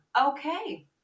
okay